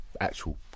actual